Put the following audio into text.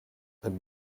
and